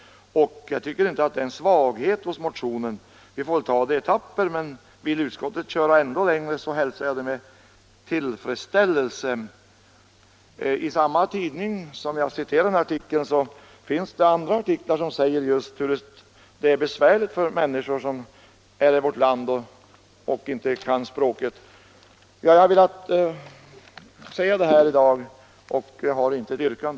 Jag tycker inte att det är en svaghet i motionen. Vi får väl ta det i etapper, men vill utskottet gå ännu längre så hälsar jag det med tillfredsställelse. I samma tidning som jag citerade finns det andra artiklar som visar just hur besvärligt det är för människor som bor här i vårt land och som inte kan språket. Herr talman! Jag har velat säga detta i dag och har intet yrkande.